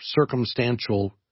circumstantial